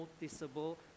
noticeable